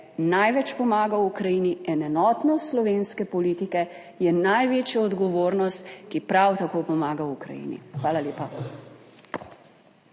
največ pomaga Ukrajini in enotnost slovenske politike je največja odgovornost, ki prav tako pomaga Ukrajini. Hvala lepa.